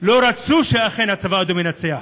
לא רצו שהצבא האדום ינצח.